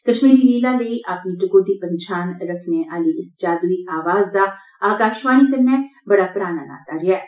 कश्मीरी लीला लेई अपनी टकोह्दी पन्छान रक्खने आली इस जादुई अवाज दा आकाशवाणी कन्नै बड़ा पराना नाता रेहा ऐ